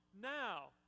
now